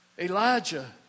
Elijah